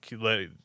let